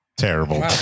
Terrible